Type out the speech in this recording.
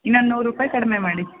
ಇನ್ನೂ ನೂರು ರೂಪಾಯಿ ಕಡಿಮೆ ಮಾಡಿ